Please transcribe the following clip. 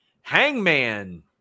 Hangman